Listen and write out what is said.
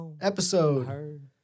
episode